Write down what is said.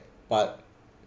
but